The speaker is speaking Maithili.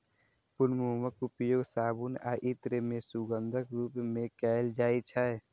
पूर्ण मोमक उपयोग साबुन आ इत्र मे सुगंधक रूप मे कैल जाइ छै